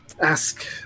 ask